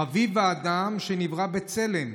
חביב האדם שנברא בצלם.